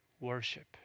worship